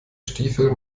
stiefel